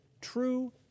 true